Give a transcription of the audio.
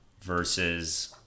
versus